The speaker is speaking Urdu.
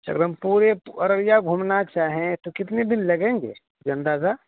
سر ہم پورے عرویا گھومنا چاہیں تو کتنے دن لگیں گے گندہ سا